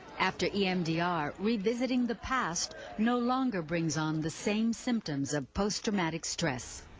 after emdr, revisiting the past no longer brings on the same symptoms of post traumatic stress.